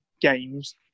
games